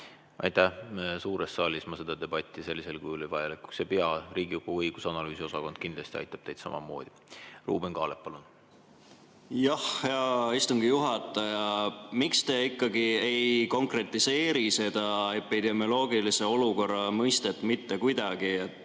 Aitäh! Suures saalis ma seda debatti sellisel kujul vajalikuks ei pea. Riigikogu Kantselei õigus- ja analüüsiosakond kindlasti aitab teid samamoodi. Ruuben Kaalep, palun! Hea istungi juhataja! Miks te ikkagi ei konkretiseeri seda epidemioloogilise olukorra mõistet mitte kuidagi? See